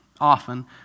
often